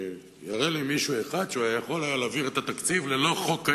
שיראה לי מישהו אחד שהיה יכול להעביר את התקציב ללא חוק ההסדרים.